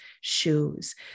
shoes